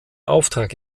auftrag